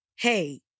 hey